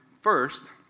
first